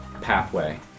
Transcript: pathway